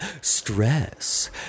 stress